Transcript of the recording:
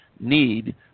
need